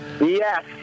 Yes